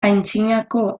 antzinako